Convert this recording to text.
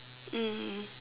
mm